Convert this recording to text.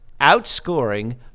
outscoring